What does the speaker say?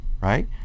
right